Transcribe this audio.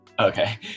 Okay